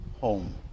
home